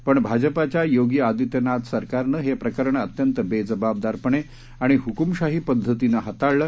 पणभाजपाच्यायोगीआदित्यनाथसरकारनंहेप्रकरणअत्यंतबेजबाबदारपणेआणिहक्मशाही पदधतीनेहाताळलं